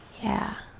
yeah,